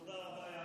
תודה רבה.